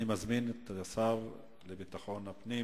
אני מזמין את כבוד השר לביטחון הפנים